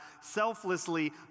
selflessly